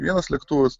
vienas lėktuvas